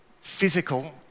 physical